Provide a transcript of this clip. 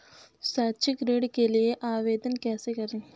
शैक्षिक ऋण के लिए आवेदन कैसे करें?